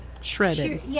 shredded